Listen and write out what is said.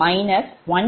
7 0